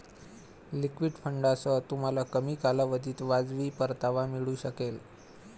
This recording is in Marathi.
लिक्विड फंडांसह, तुम्हाला कमी कालावधीत वाजवी परतावा मिळू शकेल